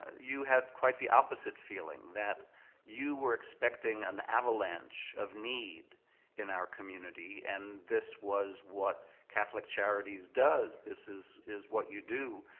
ah you had quite the opposite feeling, that you were expecting an avalanche of need in our community. and this was what catholic charities does. this is is what you do.